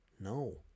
No